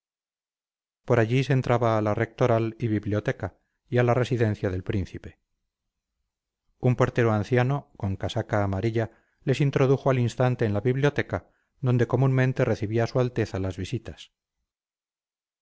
por allí se entraba a la rectoral y biblioteca y a la residencia del príncipe un portero anciano con casaca amarilla les introdujo al instante en la biblioteca donde comúnmente recibía su alteza las visitas